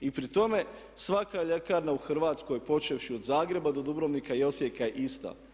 I pri tome svaka ljekarna u Hrvatskoj, počevši od Zagreba do Dubrovnika i Osijeka je ista.